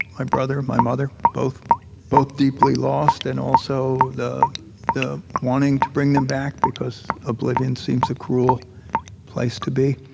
my brother, and my mother, both both, deeply lost and also the the wanting to bring them back because oblivion seems a cruel place to be